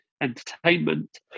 entertainment